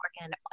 working